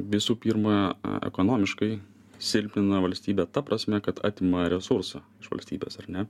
visų pirma ekonomiškai silpnina valstybę ta prasme kad atima resursų iš valstybės ar ne